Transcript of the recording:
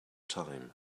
time